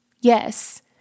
Yes